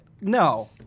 no